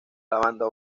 lavanda